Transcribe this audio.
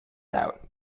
out